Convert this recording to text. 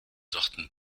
sorten